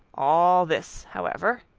all this, however,